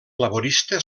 laborista